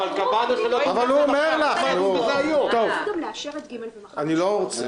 אפשר גם לאשר את ג', ומחר --- אני לא רוצה.